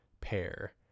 pair